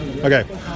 Okay